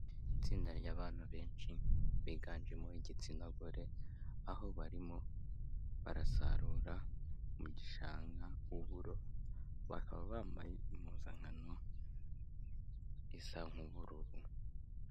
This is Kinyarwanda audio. Itsinda ry'abantu benshi biganjemo igitsina gore, aho barimo barasarura mu gishanga uburo, bakaba bambaye impuzankano isa nk'ubururu.